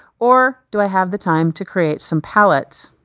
or do i have the time to create some palettes?